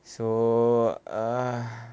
so uh